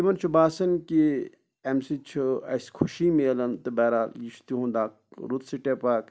تِمَن چھُ باسَان کہ اَمہِ سۭتۍ چھُ اَسہِ خوشی مِلَان تہٕ بہرحال یہِ چھُ تِہُنٛد اَکھ رُت سِٹٮ۪پ اَکھ